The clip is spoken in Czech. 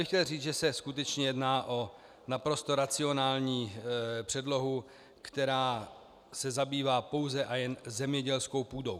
Chtěl bych říci, že se skutečně jedná o naprosto racionální předlohu, která se zabývá pouze a jen zemědělskou půdou.